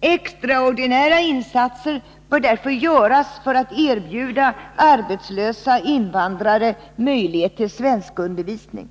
Extraordinära insatser bör därför göras för att erbjuda arbetslösa invandrare möjlighet till svenskundervisning.